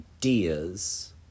Ideas